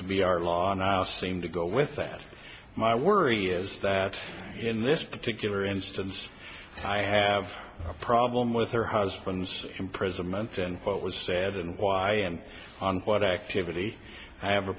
to be our law and i'll seem to go with that my worry is that in this particular instance i have a problem with her husband's imprisonment and what was said and why and on what activity i have a